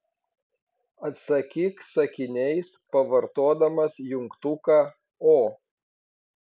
atsakyk sakiniais pavartodamas jungtuką o